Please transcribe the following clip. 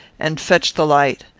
and fetch the light.